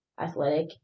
athletic